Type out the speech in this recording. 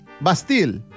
Bastille